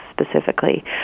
specifically